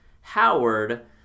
Howard